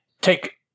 take